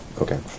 Okay